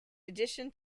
addition